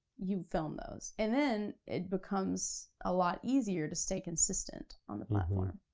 you film those. and then it becomes a lot easier to stay consistent on the platform.